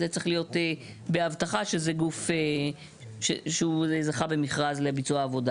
זה צריך להיות בהבטחה שזה גוף שהוא זכה במכרז לביצוע העבודה.